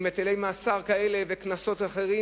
עם היטלי מאסר כאלה וקנסות כאלה ואחרים,